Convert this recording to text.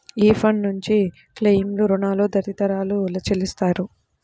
ఈ ఫండ్ నుంచి క్లెయిమ్లు, రుణాలు తదితరాలు చెల్లిస్తారు